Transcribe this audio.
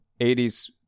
80s